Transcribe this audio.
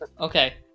Okay